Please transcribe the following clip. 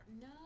No